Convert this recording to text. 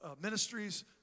ministries